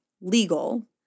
legal